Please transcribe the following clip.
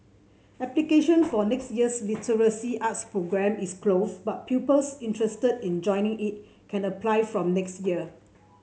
application for next year's literary arts programme is closed but pupils interested in joining it can apply from next year